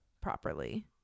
properly